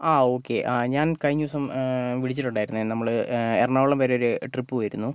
ആ ഓക്കെ ആ ഞാൻ കഴിഞ്ഞ ദിവസം വിളിച്ചിട്ടുണ്ടായിരുന്നേ നമ്മള് എറണാകുളം വരെ ഒരു ട്രിപ്പ് പോയിരുന്നു